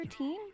routine